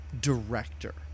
director